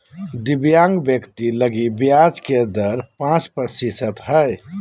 दिव्यांग व्यक्ति लगी ब्याज के दर पांच प्रतिशत हइ